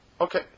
Okay